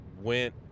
went